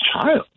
child